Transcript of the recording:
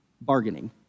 bargaining